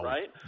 Right